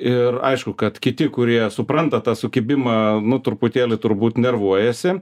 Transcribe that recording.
ir aišku kad kiti kurie supranta tą sukibimą nu truputėlį turbūt nervuojasi